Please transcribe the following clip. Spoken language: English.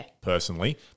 personally